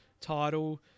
title